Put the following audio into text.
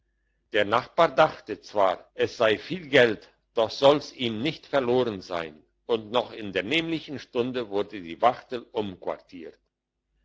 der nachbar dachte zwar es sei viel geld doch solls ihm nicht verloren sein und noch in der nämlichen stunde wurde die wachtel umquartiert